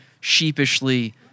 sheepishly